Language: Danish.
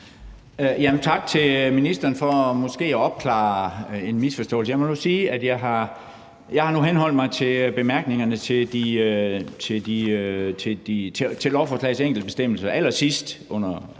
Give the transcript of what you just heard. Tak til ministeren for måske at opklare en misforståelse. Jeg må nu sige, at jeg har henholdt mig til bemærkningerne til lovforslagets enkeltbestemmelser. Allersidst i bestemmelserne